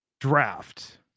draft